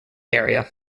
area